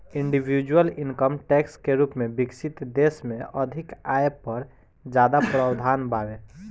individual income tax के रूप में विकसित देश में अधिक आय पर ज्यादा प्रावधान बावे